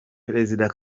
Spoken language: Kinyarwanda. perezida